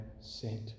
sent